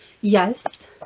Yes